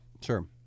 sure